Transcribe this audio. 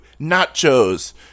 nachos